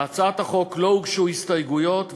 להצעת החוק לא הוגשו הסתייגויות,